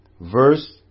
Verse